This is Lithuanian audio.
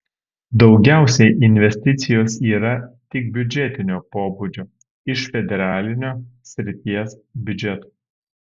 daugiausiai investicijos yra tik biudžetinio pobūdžio iš federalinio srities biudžeto